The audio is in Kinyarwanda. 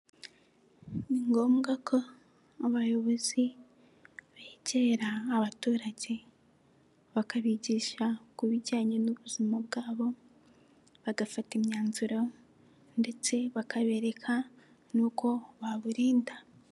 Ni ngombwa ko abayobozi begera abaturage bakabigisha ku bijyanye n'ubuzima bwabo, bagafata imyanzuro ndetse bakabereka n'uko baburinda.